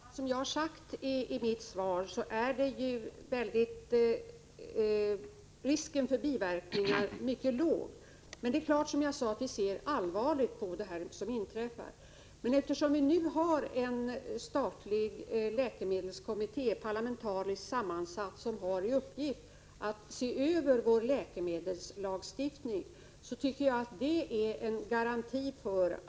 Herr talman! Som jag sagt i mitt svar är ju risken för biverkningar mycket liten, men det är klart att vi ser allvarligt på det som inträffar. Eftersom vi nu har en statlig läkemedelskommitté, parlamentariskt sammansatt, som har till uppgift att se över vår läkemedelslagstiftning, tycker jag att det finns en garanti.